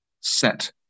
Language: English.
set